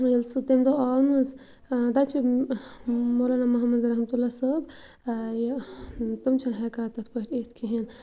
ییٚلہِ سُہ تمہِ دۄہ آو نہٕ حظ تَتہِ چھِ مولانا محمد رحمت اللہ صٲب یہِ تِم چھِنہٕ ہٮ۪کان تِتھ پٲٹھۍ یِتھ کِہیٖنۍ